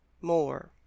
More